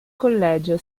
collegio